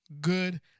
good